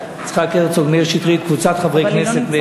אני מתכבד להגיש לכנסת את הצעת חוק הכנסת (מספר הסגנים ליושב-ראש הכנסת